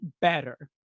better